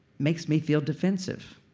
makes me feel defensive.